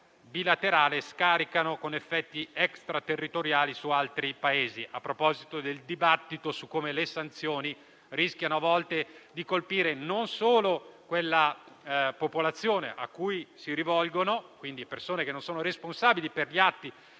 bilaterale, scaricano con effetti extraterritoriali su altri Paesi. Questo in riferimento al dibattito su come le sanzioni rischiano a volte non solo di colpire la popolazione a cui si rivolgono - quindi, persone che non sono responsabili per gli atti